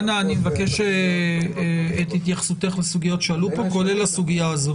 מבקש את התייחסותה של אילנה לסוגיות שעלו כאן כולל הסוגיה הזאת.